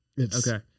Okay